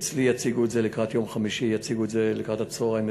אצלי יציגו את התוכניות לקראת הצהריים.